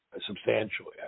substantially